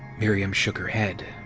miriam shook her head.